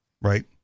right